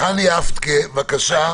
חני הפטקה, בבקשה.